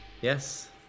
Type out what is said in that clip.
yes